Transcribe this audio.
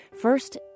First